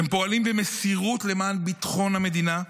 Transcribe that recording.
אתם פועלים במסירות למען ביטחון המדינה,